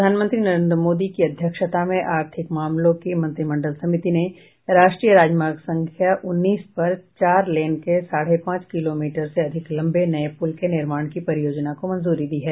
प्रधानमंत्री नरेन्द्र मोदी की अध्यक्षता में आर्थिक मामलों की मंत्रिमंडल समिति ने राष्ट्रीय राजमार्ग संख्या उन्नीस पर चार लेन के साढ़े पांच किलोमीटर से अधिक लंबे नये पुल के निर्माण की परियोजना को मंजूरी दी है